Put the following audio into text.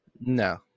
No